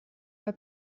bei